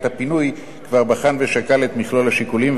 הפינוי כבר בחן ושקל את מכלול השיקולים,